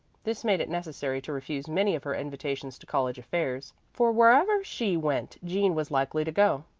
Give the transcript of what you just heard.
this made it necessary to refuse many of her invitations to college affairs, for wherever she went jean was likely to go.